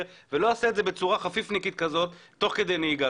ולא יעשה את זה בצורה חפיפניקית כזאת תוך כי נהיגה.